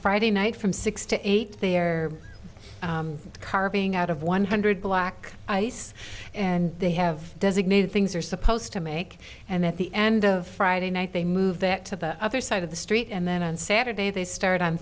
friday night from six to eight there carving out of one hundred black ice and they have designated things are supposed to make and at the end of friday night they move that to the other side of the street and then on saturday they start on